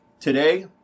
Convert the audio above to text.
Today